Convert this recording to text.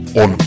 on